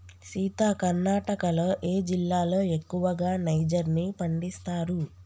సీత కర్ణాటకలో ఏ జిల్లాలో ఎక్కువగా నైజర్ ని పండిస్తారు